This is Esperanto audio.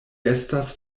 estas